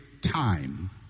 time